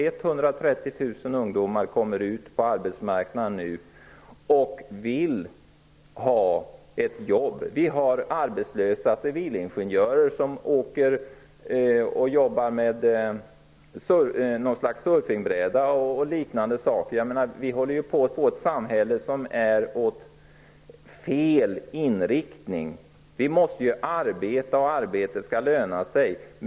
130 000 ungdomar kommer ut på arbetsmarknaden och vill ha ett jobb. Vi har arbetslösa civilingenjörer som jobbar med surfingbrädor och liknande saker. Vi håller på att få ett samhälle med fel inriktning. Vi måste arbeta, och arbetet skall löna sig.